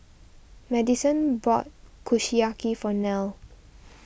Madyson bought Kushiyaki for Nell